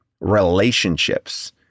relationships